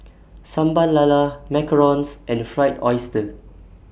Sambal Lala Macarons and Fried Oyster